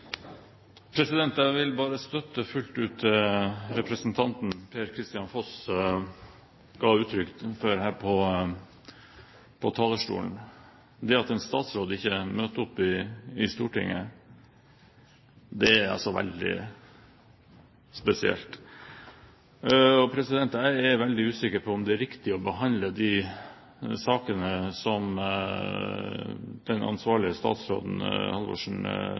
Jeg vil bare støtte fullt ut det representanten Per-Kristian Foss ga uttrykk for her fra talerstolen. Det at en statsråd ikke møter opp i Stortinget, er veldig spesielt. Jeg er veldig usikker på om det er riktig å behandle de sakene som den ansvarlige statsråden, Kristin Halvorsen,